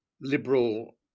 liberal